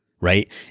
right